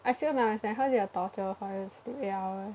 I feel like I don't understand how is it a torture for you to sleep eight hours